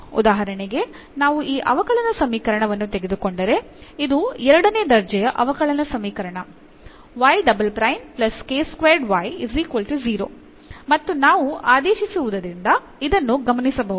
ಉದಾಹರಣೆಗೆ ನಾವು ಈ ಅವಕಲನ ಸಮೀಕರಣವನ್ನು ತೆಗೆದುಕೊಂಡರೆ ಇದು ಎರಡನೇ ದರ್ಜೆಯ ಅವಕಲನ ಸಮೀಕರಣ ಮತ್ತು ನಾವು ಆದೇಶಿಸುವುದುದರಿಂದ ಇದನ್ನು ಗಮನಿಸಬಹುದು